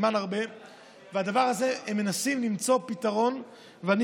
והם מנסים למצוא פתרון לדבר הזה.